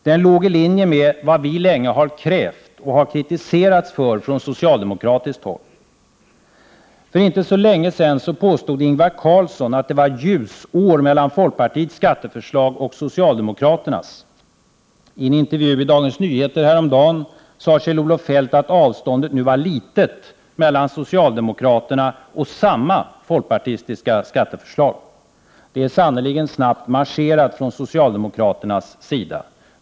Den låg i linje med vad vi länge krävt — och kritiserats för från socialdemokratiskt håll. För inte länge sedan påstod Ingvar Carlsson att det var ljusår mellan folkpartiets skatteförslag och socialdemokraternas. I en intervju i Dagens Nyheter häromdagen sade Kjell-Olof Feldt att avståndet nu var litet mellan socialdemokraterna och samma folkpartistiska skatteförslag! Det är sannerligen snabbt marscherat från socialdemokraternas sida.